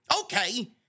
Okay